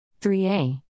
3a